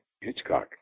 Hitchcock